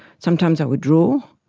sometimes i would draw.